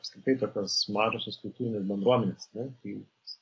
apskritai tokios mažosios kultūrinės bendruomenės ne tai